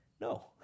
No